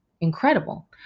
incredible